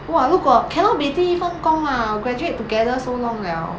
!wah! 如果 cannot be 第一份工 lah graduate together so long liao